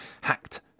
hacked